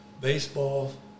Baseball